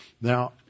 Now